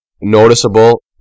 noticeable